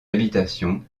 habitation